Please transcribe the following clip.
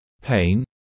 pain